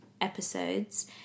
episodes